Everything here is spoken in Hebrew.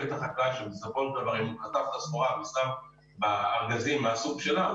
את החקלאי שבסופו של דבר אם הוא שם סחורה בארגזים מהסוג שלה,